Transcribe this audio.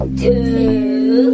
two